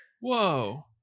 Whoa